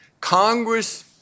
Congress